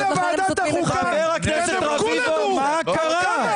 חבר הכנסת רביבו, מה קרה?